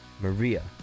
Maria